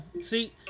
See